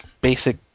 basic